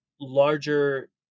larger